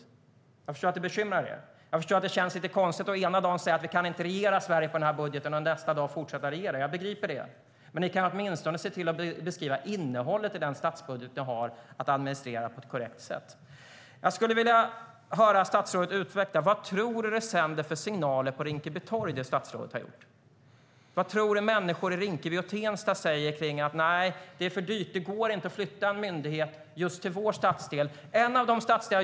Jag förstår att det bekymrar er och att det känns lite konstigt att ena dagen säga att ni inte kan regera Sverige med vår budget och nästa dag fortsätta regera. Jag begriper det. Men ni kan åtminstone se till att beskriva innehållet i den stadsbudget ni har att administrera på ett korrekt sätt. Alice Bah Kuhnke! Jag skulle vilja höra dig utveckla vilka signaler du tror att det som du har gjort sänder till Rinkeby torg. Vad tror du att människor i Rinkeby-Tensta säger om att det är för dyrt och inte går att flytta en myndighet till just deras stadsdel?